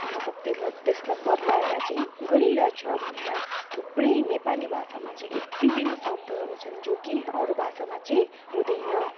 मतलब त्यसलाई त्यसलाई बदलाएर चाहिँ गरिराछ भनेर थुप्रै नेपाली भाषामा चाहिँ यति बिघ्न शब्दहरू छन् जो कि अरू भाषामा चाहिँ हुँदैन